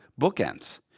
bookends